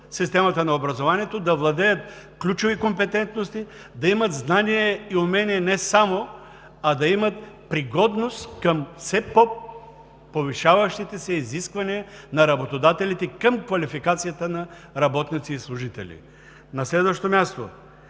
системата на образованието, да владеят ключови компетентности, да имат знания и умения не само, а да имат пригодност към все по-повишаващите се изисквания на работодателите към квалификацията на работници и служители. На следващо място